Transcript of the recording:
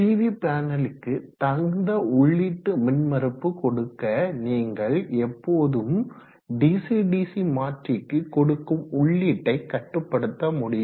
PV பேனலுக்கு தகுந்த உள்ளீட்டு மின்மறுப்பு கொடுக்க நீங்கள் எப்போதும் டிசிடிசி மாற்றிக்கு கொடுக்கும் உள்ளீட்டை கட்டுப்படுத்த முடியும்